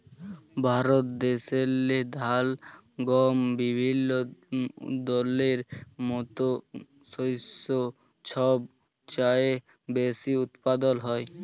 ভারত দ্যাশেল্লে ধাল, গহম বিভিল্য দলের মত শস্য ছব চাঁয়ে বেশি উৎপাদল হ্যয়